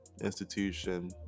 institution